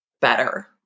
better